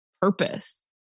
purpose